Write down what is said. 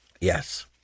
Yes